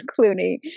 Clooney